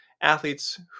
athletes